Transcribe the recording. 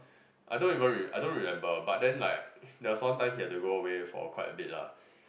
I don't even re~ I don't remember but then like that's one time he had to go away for quite a bit lah